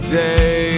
day